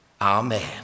Amen